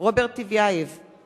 חבר הכנסת חסון.